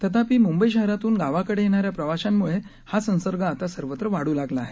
तथापि मुंबई शहरातून गावाकडे येणाऱ्या प्रवाशांमुळे हा संसर्ग आता सर्वत्र वाढू लागला आहे